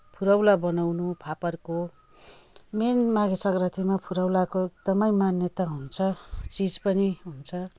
फुरौला बनाउनु फापरको मेन माघे संक्रान्तिमा फुरौलाको एकदमै मान्यता हुन्छ चिज पनि हुन्छ